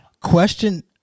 Question